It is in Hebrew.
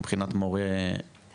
מבחינת מורה אולפנים.